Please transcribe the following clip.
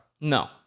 No